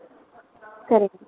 சரிங்க